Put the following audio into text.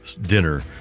dinner